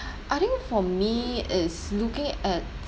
I think for me is looking at